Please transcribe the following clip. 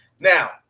Now